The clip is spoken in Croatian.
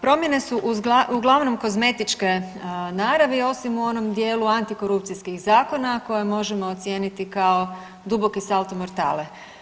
Promjene su uglavnom kozmetičke naravi osim u onom dijelu antikorupcijskih zakona koje možemo ocijeniti kao duboki salto mortale.